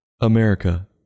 America